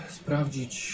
sprawdzić